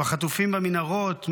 לחטופים במנהרות,